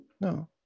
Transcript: No